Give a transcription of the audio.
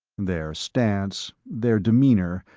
their stance, their demeanor,